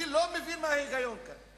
אני לא מבין מה ההיגיון כאן.